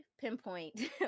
pinpoint